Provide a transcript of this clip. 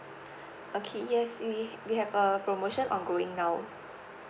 okay yes we we have a promotion ongoing now